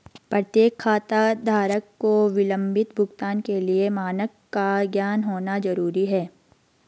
प्रत्येक खाताधारक को विलंबित भुगतान के लिए मानक का ज्ञान होना जरूरी है